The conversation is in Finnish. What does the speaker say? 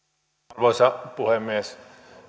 arvoisa puhemies